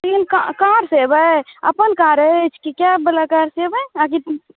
तीन कारसँ एबै अपन कार अछि कि कैबवला कारसँ एबै आ कि